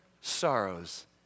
sorrows